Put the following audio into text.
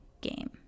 game